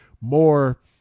more